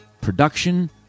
production